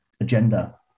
agenda